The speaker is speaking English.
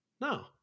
No